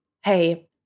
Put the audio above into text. hey